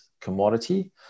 commodity